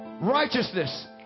Righteousness